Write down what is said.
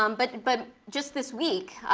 um but but just this week,